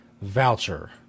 voucher